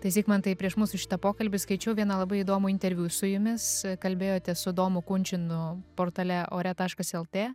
tai zigmantai prieš mūsų šitą pokalbį skaičiau vieną labai įdomų interviu su jumis kalbėjote su domu kunčinu portale ore taškas lt